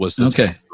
Okay